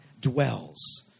dwells